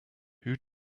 who